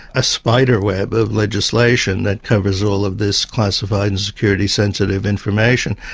a spider web of legislation that covers all of this classified and security sensitive information,